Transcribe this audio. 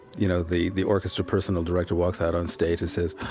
you know. the the orchestra personnel director walks out on stage and says,